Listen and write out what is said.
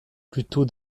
plutôt